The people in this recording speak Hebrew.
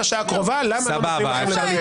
השעה הקרובה למה לא נותנים לכם לדבר,